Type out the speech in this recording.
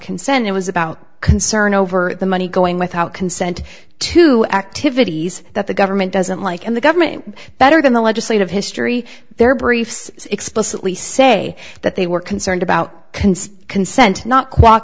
consent it was about concern over the money going without consent to activities that the government doesn't like and the government better than the legislative history their briefs explicitly say that they were concerned about cons